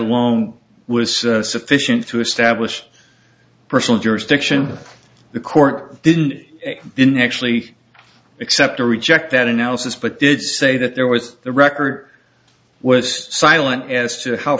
alone was sufficient to establish personal jurisdiction the court didn't didn't actually accept or reject that analysis but did say that there was the record was silent as to how